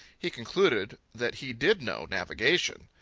he concluded that he did know navigation.